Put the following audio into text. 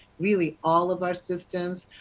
really all of our systems,